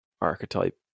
archetype